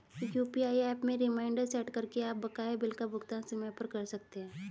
UPI app में reminder set करके आप बकाया बिल का भुगतान समय पर कर सकते हैं